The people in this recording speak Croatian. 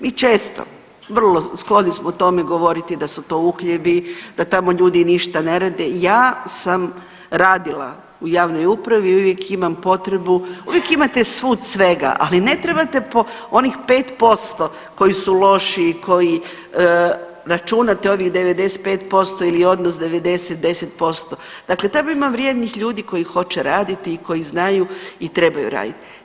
Mi često, vrlo smo skloni govoriti tome da su to uhljebi, da tamo ništa ne rade, ja sam radila u javnoj upravi i uvijek imam potrebu, uvijek imate svud svega ali ne trebate po onih 5% koji su loši, koji računate onih 95% ili odnos 90 10%, dakle tamo ima vrijednih ljudi koji hoće raditi i koji znaju i trebaju raditi.